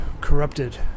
corrupted